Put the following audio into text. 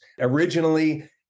Originally